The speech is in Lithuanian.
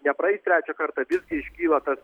nepraeis trečią kartą visgi iškyla tas